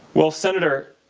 well, senator,